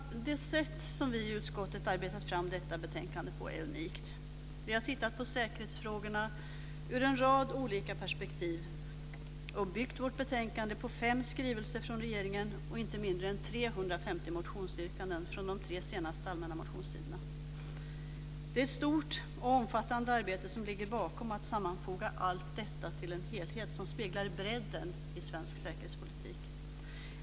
Det sätt som vi i utskottet har arbetat fram detta betänkande på är unikt. Vi har tittat på säkerhetsfrågorna ur en rad olika perspektiv och byggt vårt betänkande på fem skrivelser från regeringen och på inte mindre än 350 motionsyrkande från den allmänna motionstiden under de tre senaste åren. Det är ett stort och omfattande arbete som ligger bakom att sammanfoga allt detta till en helhet som speglar bredden i svensk säkerhetspolitik.